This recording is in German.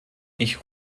ich